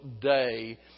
day